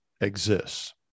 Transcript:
exists